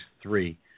three